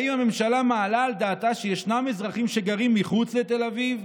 האם הממשלה מעלה על דעתה שישנם אזרחים שגרים מחוץ לתל אביב?